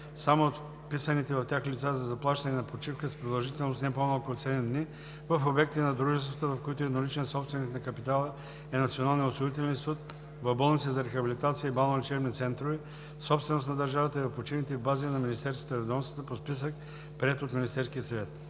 само от вписаните в тях лица за заплащане на почивка с продължителност не по-малко от 7 дни в обекти на дружествата, в които едноличен собственик на капитала е Националният осигурителен институт, в болници за рехабилитация и балнеолечебни центрове, собственост на държавата, и в почивните бази на министерствата и ведомствата – по списък, приет от Министерския съвет.